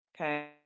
okay